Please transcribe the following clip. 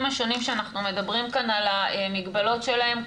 השונים שאנחנו מדברים כאן על המגבלות שלהם,